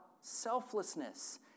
selflessness